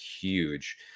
huge